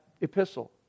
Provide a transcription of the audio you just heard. epistle